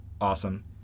awesome